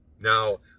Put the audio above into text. Now